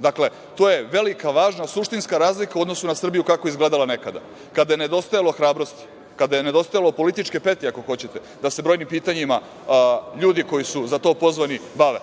Dakle, to je velika, važna, suštinska razlika u odnosu na Srbiju kako je izgledala nekada, a kada je nedostajalo hrabrosti, kada je nedostajalo političke petlje, ako hoćete, da se brojnim pitanjima ljudi, koji su za to pozvani, bave,